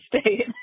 state